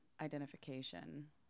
identification